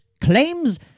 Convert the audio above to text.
claims